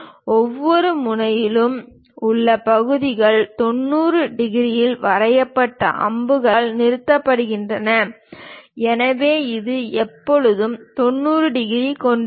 ஒவ்வொரு முனையிலும் உள்ள பகுதிகள் 90 டிகிரியில் வரையப்பட்டு அம்புகளால் நிறுத்தப்படுகின்றன எனவே இது எப்போதும் 90 டிகிரி கொண்டிருக்கும்